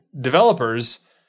developers